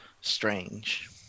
Strange